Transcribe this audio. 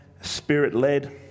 spirit-led